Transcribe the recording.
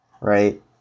Right